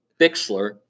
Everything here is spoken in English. Bixler